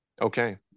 Okay